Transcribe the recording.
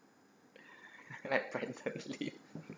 like